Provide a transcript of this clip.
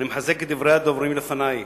אני מחזק את דברי הדוברים לפני.